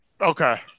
Okay